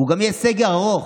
הוא גם יהיה סגר ארוך,